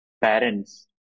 parents